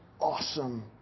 awesome